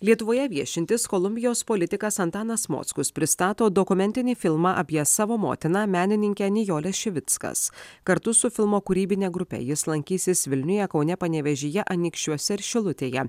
lietuvoje viešintis kolumbijos politikas antanas mockus pristato dokumentinį filmą apie savo motiną menininkę nijolę šivickas kartu su filmo kūrybine grupe jis lankysis vilniuje kaune panevėžyje anykščiuose ir šilutėje